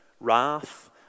wrath